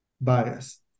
bias